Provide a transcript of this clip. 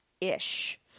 ish